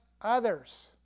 others